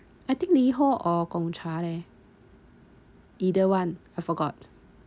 I think Liho or Gongcha leh either one I forgot